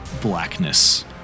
blackness